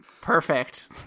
Perfect